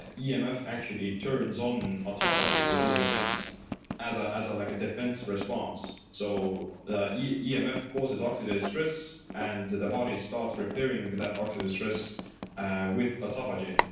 ah yeah emf actually turns on autophagy to a certain extent as ah as like a defense response. so ah yeah emf causes oxidative stress and the body starts repairing that oxygen stress with autophagy.